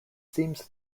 seems